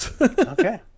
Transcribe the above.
Okay